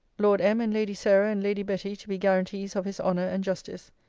lord m. and lady sarah and lady betty to be guarantees of his honour and justice.